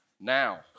now